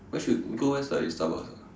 where should we go where study Starbucks ah